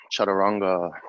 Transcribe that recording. Chaturanga